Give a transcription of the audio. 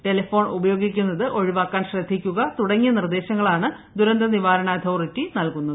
telephone ഉപയോഗിക്കുന്നത് ഒഴിവാക്കാൻ ശ്രദ്ധിക്കുക തുടങ്ങിയ നിർദേശങ്ങളാണ് ദുരന്ത നിവാരണ അതോറിറ്റി നൽകുന്നത്